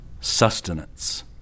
sustenance